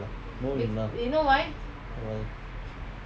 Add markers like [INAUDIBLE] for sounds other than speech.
[NOISE] why